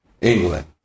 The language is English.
England